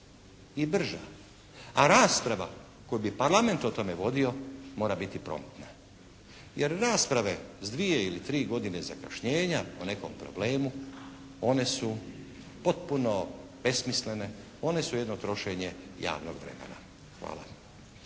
I brža. A rasprava koju bi Parlament o tome vodio, mora biti promptna, jer rasprave s dvije ili tri godine zakašnjenja o nekom problemu, one su potpuno besmislene, one su jedno trošenje javnog vremena. Hvala.